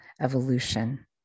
evolution